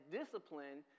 discipline